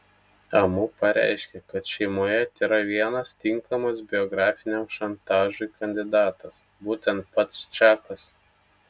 amu pareiškė kad šeimoje tėra vienas tinkamas biografiniam šantažui kandidatas būtent pats čakas